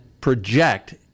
project